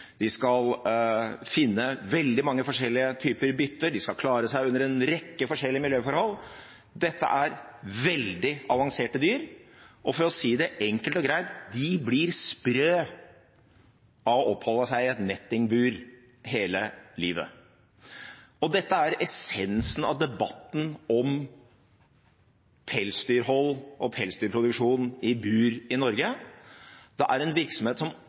de skal finne veldig mange forskjellige typer bytte, og de skal klare seg under en rekke forskjellige miljøforhold. Dette er veldig avanserte dyr, og for å si det enkelt og greit: De blir sprø av å oppholde seg i et nettingbur hele livet. Dette er essensen av debatten om pelsdyrhold og pelsdyrproduksjon i bur i Norge. Det er en virksomhet som